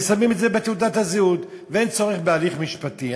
ושמים את זה בתעודת הזהות ואין צורך בהליך משפטי.